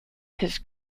his